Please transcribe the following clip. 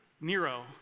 Nero